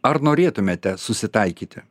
ar norėtumėte susitaikyti